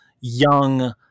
young